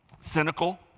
cynical